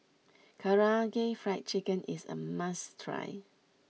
Karaage Fried Chicken is a must try